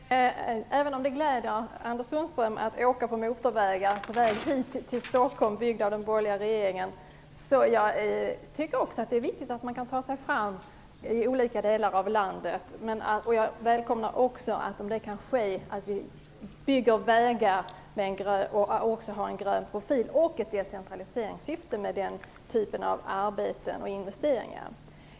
Herr talman! Det gläder Anders Sundström att åka på motorvägar, byggda av den borgerliga regeringen, när han skall hit till Stockholm, och jag tycker också att det är viktigt att man kan ta sig fram i olika delar av landet. Jag välkomnar också, om det kan ske, att man bygger vägar samtidigt som man håller en grön profil och det finns ett decentraliseringssyfte med den typen av investeringar.